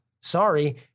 Sorry